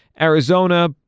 Arizona